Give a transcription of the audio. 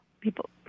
people